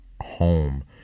home